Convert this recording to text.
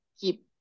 keep